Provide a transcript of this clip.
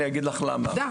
אני אגיד לך למה.